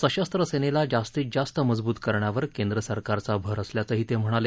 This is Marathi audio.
सशस्त्र सेनेला जास्तीत जास्त मजबूत करण्यावर केंद्रसरकारचा भर असल्याचंही ते म्हणाले